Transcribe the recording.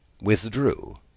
withdrew